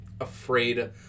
afraid